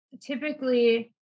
typically